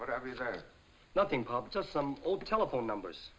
has nothing just some old telephone numbers